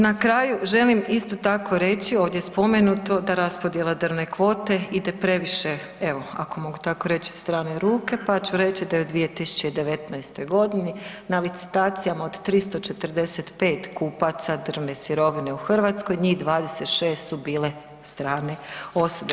Na kraju želim isto tako reći, ovdje spomenuto, da raspodjela drvne kvote ide previše, evo ako mogu reći u strane ruke, pa ću reći da je u 2019. godini na licitacijama od 345 kupaca drvne sirovine u Hrvatskoj njih 26 su bile strane osobe.